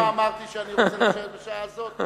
אתה רואה למה אמרתי שאני רוצה להישאר בשעה הזאת?